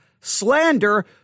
slander